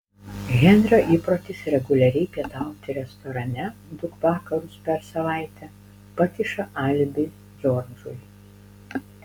henrio įprotis reguliariai pietauti restorane du vakarus per savaitę pakiša alibi džordžui